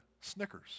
snickers